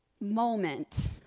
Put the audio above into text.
moment